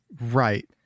Right